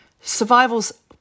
survival's